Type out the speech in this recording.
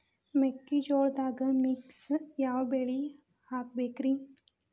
ಮೆಕ್ಕಿಜೋಳದಾಗಾ ಮಿಕ್ಸ್ ಯಾವ ಬೆಳಿ ಹಾಕಬೇಕ್ರಿ?